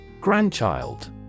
Grandchild